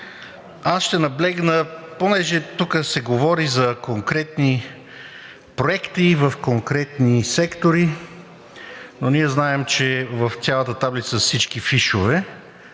Аз ще наблегна и понеже тук се говори за конкретни проекти в конкретни сектори, но ние знаем, че в цялата таблица са всички фишове,